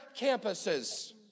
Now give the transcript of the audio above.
campuses